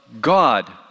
God